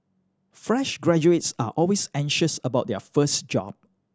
fresh graduates are always anxious about their first job